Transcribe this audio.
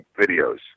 videos